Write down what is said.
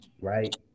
right